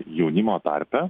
jaunimo tarpe